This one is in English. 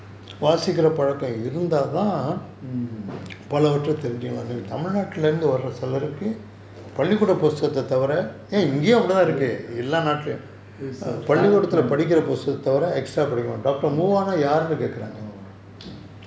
mm